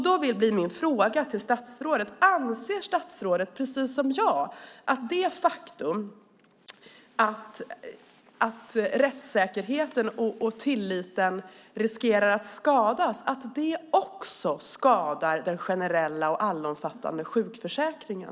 Då blir min fråga till statsrådet: Anser statsrådet precis som jag att det faktum att rättssäkerheten och tilliten riskerar att skadas också är något som skadar den generella och allomfattande sjukförsäkringen?